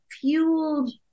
fueled